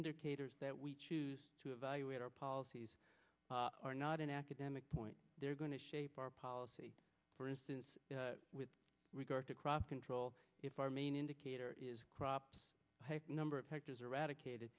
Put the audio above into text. indicators that we choose to evaluate our policies are not an academic point they're going to shape our policy for instance with regard to crop control if our main indicator is crop number of pictures eradicated